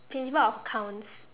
principle of accounts